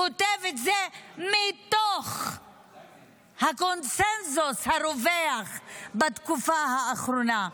כותב את זה מתוך הקונסנזוס הרווח בתקופה האחרונה.